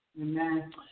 Amen